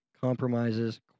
compromises